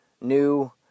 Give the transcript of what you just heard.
new